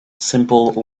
simple